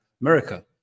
America